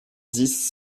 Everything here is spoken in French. dix